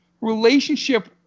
relationship